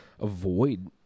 avoid